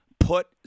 put